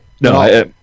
No